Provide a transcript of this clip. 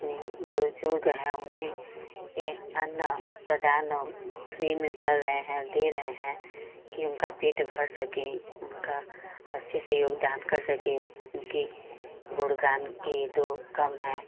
यनि बुजुर्ग हैं उन्हें ये अन्न प्रदान फ्री में कर रहे हैं दे रहे हैं कि उनका पेट भर सके उनका अच्छे से योगदान कर सके उनकी गुणगान किए तो कम हैं